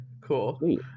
cool